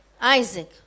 Isaac